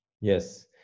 Yes